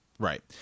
Right